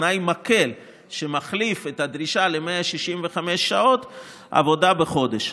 תנאי מקל שמחליף את הדרישה ל-165 שעות עבודה בחודש.